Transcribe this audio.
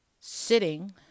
sitting